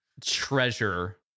treasure